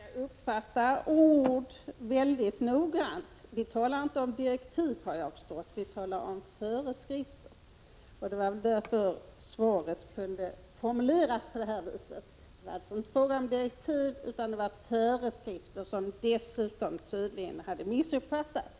Fru talman! Man skall tydligen uppfatta ord väldigt noggrant. Vi talar inte om direktiv, har jag förstått, vi talar om föreskrifter. Det var därför svaret från kommunikationsministern kunde formuleras på det här sättet. Det var alltså inte fråga om direktiv, utan det var föreskrifter som dessutom tydligen hade missuppfattats.